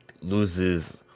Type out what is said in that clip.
loses